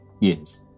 Yes